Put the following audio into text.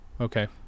Okay